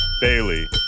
Bailey